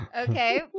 okay